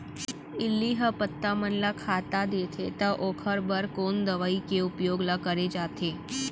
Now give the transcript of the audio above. इल्ली ह पत्ता मन ला खाता देथे त ओखर बर कोन दवई के उपयोग ल करे जाथे?